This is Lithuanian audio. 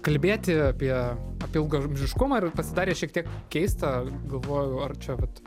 kalbėti apie apie ilgaamžiškumą ir pasidarė šiek tiek keista galvoju ar čia vat